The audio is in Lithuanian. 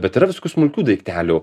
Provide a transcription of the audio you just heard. bet yra visokių smulkių daiktelių